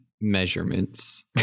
measurements